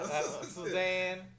Suzanne